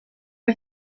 are